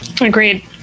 agreed